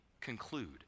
conclude